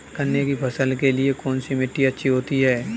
गन्ने की फसल के लिए कौनसी मिट्टी अच्छी होती है?